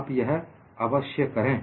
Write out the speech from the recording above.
आप यह अवश्य करें